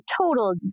total